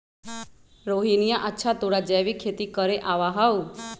रोहिणीया, अच्छा तोरा जैविक खेती करे आवा हाउ?